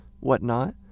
whatnot